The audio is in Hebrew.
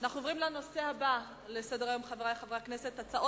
בדבר חלוקת הצעת